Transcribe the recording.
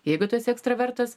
jeigu tu esi ekstravertas